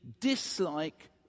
dislike